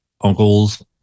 uncles